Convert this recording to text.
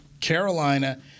Carolina